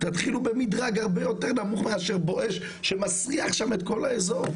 תתחילו במדרג הרבה יותר נמוך מאשר "בואש" שמסריח שם את כל האזור.